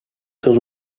seus